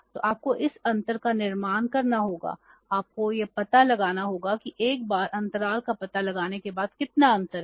तो आपको इस अंतर का निर्माण करना होगा आपको यह पता लगाना होगा कि एक बार अंतराल का पता लगाने के बाद कितना अंतर है